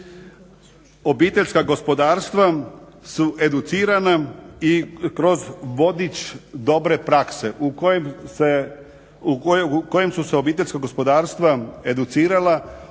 obiteljska gospodarstva su educirana i kroz vodič dobre prakse u kojem su se obiteljska gospodarstva educirala